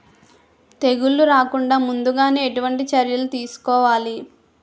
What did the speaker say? తెగుళ్ల రాకుండ ముందుగానే ఎటువంటి చర్యలు తీసుకోవాలి?